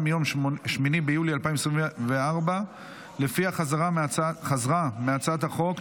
מיום 8 ביולי 2024 שלפיה חזרה מהצעת החוק,